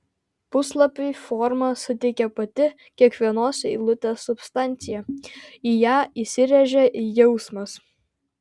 puslapiui formą suteikė pati kiekvienos eilutės substancija į ją įsirėžė jausmas